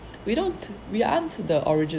we don't we aren't the original